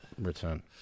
return